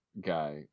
guy